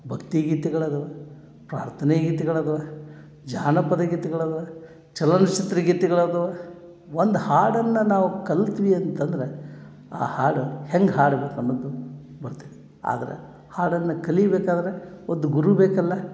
ಭಕ್ತಿಗೀತೆಗಳದಾವ ಪ್ರಾರ್ಥನೆ ಗೀತೆಗಳದಾವ ಜಾನಪದ ಗೀತೆಗಳದಾವ ಚಲನಚಿತ್ರ ಗೀತೆಗಳದಾವ ಒಂದು ಹಾಡನ್ನು ನಾವು ಕಲ್ತ್ವಿ ಅಂತಂದ್ರೆ ಆ ಹಾಡು ಹೆಂಗೆ ಹಾಡ್ಬೇಕು ಅನ್ನುದು ಬರ್ತೆ ಆದ್ರೆ ಹಾಡನ್ನು ಕಲಿಬೇಕಾದ್ರೆ ಒಂದು ಗುರು ಬೇಕಲ್ಲ